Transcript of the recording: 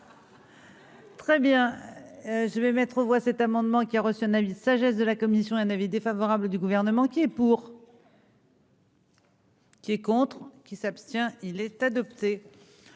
Très bien, je vais mettre aux voix cet amendement qui a reçu un avis de sagesse de la commission, un avis défavorable du gouvernement qui est pour. Qui est contre qui s'abstient, il est adopté